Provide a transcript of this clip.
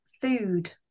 food